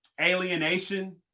alienation